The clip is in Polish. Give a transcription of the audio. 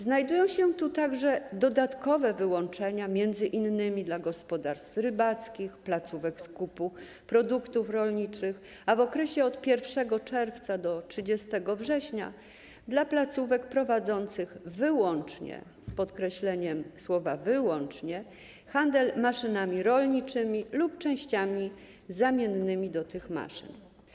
Znajdują się tu także dodatkowe wyłączenia m.in. dla gospodarstw rybackich, placówek skupu produktów rolniczych, a w okresie od 1 czerwca do 30 września - dla placówek prowadzących wyłącznie, z podkreśleniem słowa „wyłącznie”, handel maszynami rolniczymi lub częściami zamiennymi do tych maszyn.